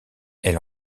elle